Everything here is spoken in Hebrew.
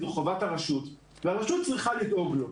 זו חובת הרשות והרשות צריכה לדאוג לו.